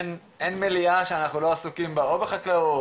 אין מליאה שאנחנו לא עסוקים בה או בחקלאות,